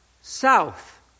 south